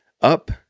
up